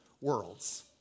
worlds